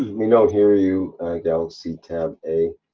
we don't hear you galaxy tab a,